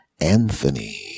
Anthony